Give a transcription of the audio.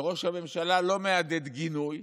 וראש הממשלה לא מהדהד גינוי,